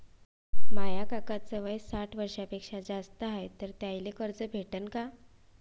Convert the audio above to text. माया काकाच वय साठ वर्षांपेक्षा जास्त हाय तर त्याइले कर्ज भेटन का?